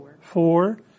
four